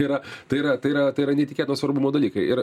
yra tai yra tai yra tai yra neįtikėtino svarbumo dalykai ir